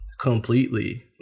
completely